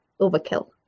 overkill